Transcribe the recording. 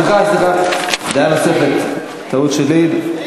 אה, סליחה, סליחה, דעה נוספת, טעות שלי,